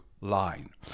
line